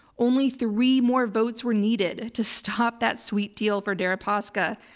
only three more votes were needed to stop that sweet deal for deripaska.